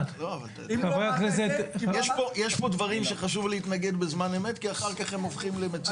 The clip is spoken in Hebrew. יש פה דברים שחשוב להתנגד בזמן אמת כי אחר כך הם הופכים למציאות.